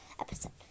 episode